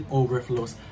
overflows